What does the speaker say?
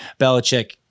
Belichick